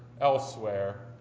elsewhere